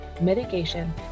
mitigation